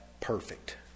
perfect